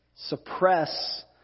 Suppress